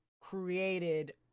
created